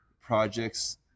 projects